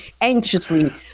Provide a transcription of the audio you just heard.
anxiously